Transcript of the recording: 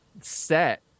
set